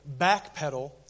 backpedal